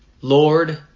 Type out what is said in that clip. Lord